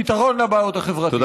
פתרון לבעיות החברתיות.